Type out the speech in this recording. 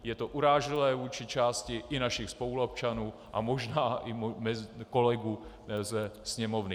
Je to urážlivé i vůči části našich spoluobčanů a možná i kolegů ze sněmovny.